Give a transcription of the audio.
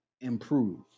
improve